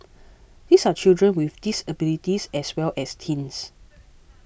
these are children with disabilities as well as teens